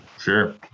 Sure